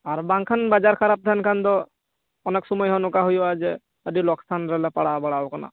ᱟᱨ ᱵᱟᱝᱠᱷᱟᱱ ᱵᱟᱡᱟᱨ ᱠᱷᱟᱨᱟᱯ ᱛᱟᱦᱮᱸᱱ ᱠᱷᱟᱱ ᱫᱚ ᱚᱱᱮᱠ ᱥᱚᱢᱚᱭᱦᱚᱸ ᱱᱚᱝᱠᱟᱱ ᱦᱳᱭᱳᱜᱼᱟ ᱡᱮ ᱟᱹᱰᱤ ᱞᱳᱠᱥᱟᱱ ᱨᱮᱞᱮ ᱯᱟᱲᱟᱣ ᱵᱟᱲᱟᱣ ᱠᱟᱱᱟ